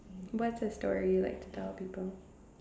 what's the story like to tell people